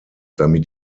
damit